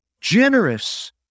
generous